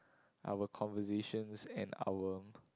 our conversations and our